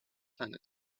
planet